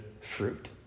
fruit